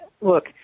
Look